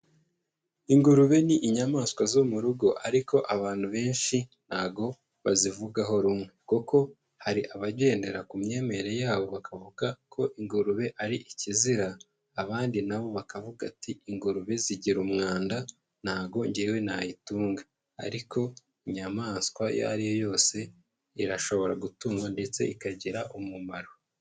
Ingurube ni inyamaswa zo mu rugo ariko abantu benshi ntago bazivugaho rumwe kuko hari abagendera ku myemerere yabo, bakavuga ko ingurube ari ikizira abandi nabo bakavuga ati ingurube zigira umwanda ntago njyewe nayitunga, ariko inyamaswa iyo ariyo yose irashobora gutunga ndetse ikagira umumaro.